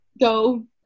go